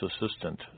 assistant